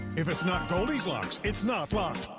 if it's not goldi's lock, it's not